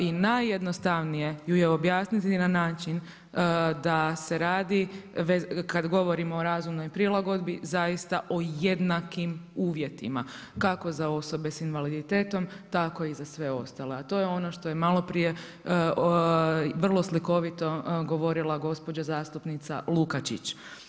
I najjednostavnije ju je objasniti na način da se radi, kada govorimo o razumnoj prilagodbi zaista o jednakim uvjetima, kako za osobe sa invaliditetom, tako i za sve ostale a to je ono što je malo prije vrlo slikovito govorila gospođa zastupnica Lukačić.